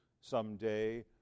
someday